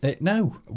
No